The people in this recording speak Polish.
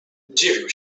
dziwił